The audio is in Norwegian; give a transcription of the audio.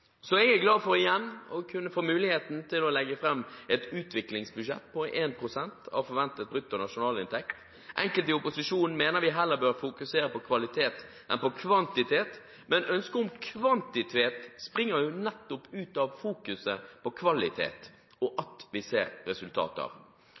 Så er jeg glad for, igjen, å få muligheten til å legge frem et utviklingsbudsjett på 1 pst. av forventet bruttonasjonalinntekt. Enkelte i opposisjonen mener vi heller bør fokusere på kvalitet enn på kvantitet, men ønsket om kvantitet springer jo nettopp ut av fokuset på kvalitet og